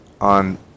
on